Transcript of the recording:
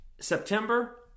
September